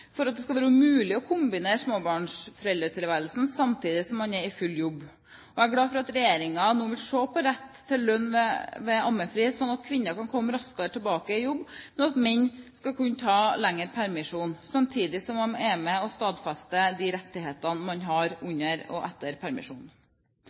for at det skal være mulig å kombinere småbarnsforeldretilværelsen med full jobb. Jeg er glad for at regjeringen nå vil se på rett til lønn ved ammefri, slik at kvinnene kan komme raskere tilbake i jobb, og at menn skal kunne ta lengre permisjon, samtidig som de er med og stadfester de rettighetene man har